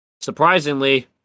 surprisingly